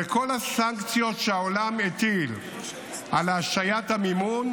וכל הסנקציות שהעולם הטיל של השעיית המימון,